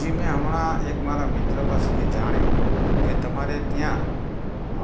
જી મેં હમણાં એક મારા મિત્ર પાસેથી જાણ્યું કે તમારે ત્યાં